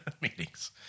meetings